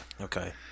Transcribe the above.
Okay